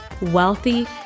wealthy